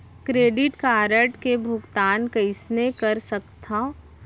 Credit card के भुगतान कइसने कर सकथो?